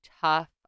tough